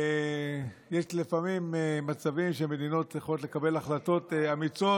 יש לפעמים מצבים שמדינות צריכות לקבל החלטות אמיצות,